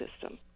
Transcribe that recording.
system